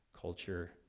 culture